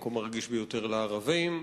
המקום הרגיש ביותר לערבים,